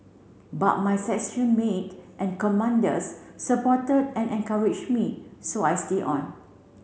but my section mate and commanders supported and encouraged me so I stay on